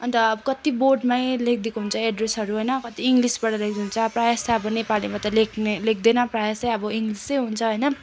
अन्त अब कत्ति बोर्डमै लेखिदिएको हुन्छ एड्रेसहरू होइन कति इङ्लिसबाट लेखेको हुन्छ प्रायःजस्तो त अब नेपालीमा त लेख्ने लेख्दैन प्रायः जस्तै अब इङ्लिसै हुन्छ होइन